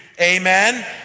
amen